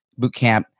Bootcamp